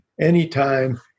anytime